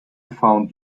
found